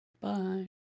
Bye